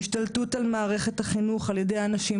השתלטות על מערכת החינוך על ידי אנשים